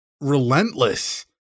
relentless